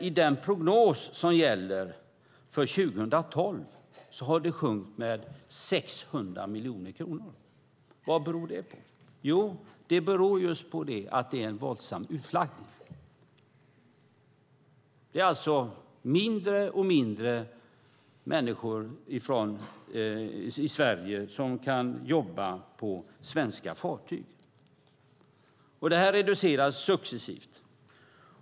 I den prognos som gäller för 2012 har det sjunkit med 600 miljoner kronor. Vad beror det på? Jo, det beror just på att det är en våldsam utflaggning. Det är alltså färre och färre människor i Sverige som kan jobba på svenska fartyg. Det här reduceras successivt.